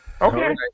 Okay